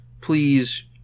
please